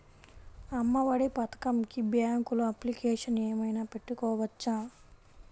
అమ్మ ఒడి పథకంకి బ్యాంకులో అప్లికేషన్ ఏమైనా పెట్టుకోవచ్చా?